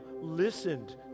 listened